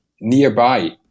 nearby